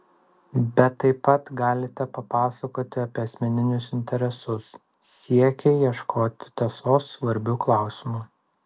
bet taip pat galite papasakoti apie asmeninius interesus siekį ieškoti tiesos svarbiu klausimu